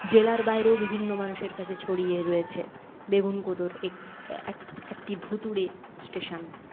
জেলার বাইরেও বিভিন্ন মানুষের কাছে ছড়িয়ে রয়েছে বেগুনকোদোর এ এক একটি ভুতুরে স্টেশন